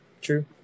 true